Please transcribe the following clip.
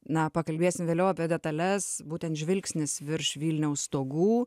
na pakalbėsim vėliau apie detales būtent žvilgsnis virš vilniaus stogų